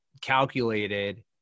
calculated